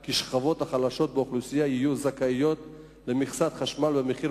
כי השכבות החלשות באוכלוסייה יהיו זכאיות למכסת חשמל במחיר